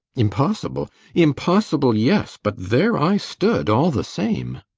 impossible impossible, yes! but there i stood all the same!